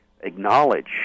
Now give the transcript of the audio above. acknowledge